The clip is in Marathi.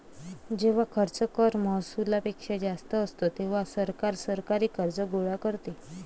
जेव्हा खर्च कर महसुलापेक्षा जास्त असतो, तेव्हा सरकार सरकारी कर्ज गोळा करते